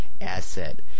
asset